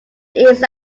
ears